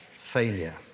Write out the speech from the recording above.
failure